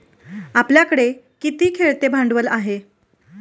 आपल्याकडे किती खेळते भांडवल आहे?